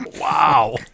Wow